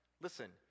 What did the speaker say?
listen